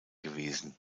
gewesen